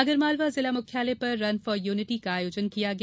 आगरमालवा जिला मुख्यालय पर रन फॉर यूनिटी का आयोजन किया गया